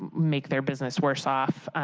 make their business worse off.